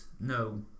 no